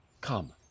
come